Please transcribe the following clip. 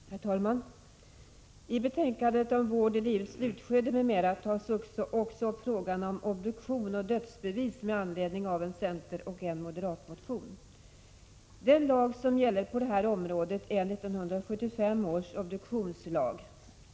Herr talman! I betänkandet om vård i livets slutskede m.m. tas också upp frågan om obduktion och dödsbevis, detta med anledning av en centeroch en moderatmotion. Den lag som gäller på det här området är 1975 års obduktionslag.